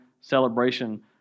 celebration